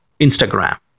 Instagram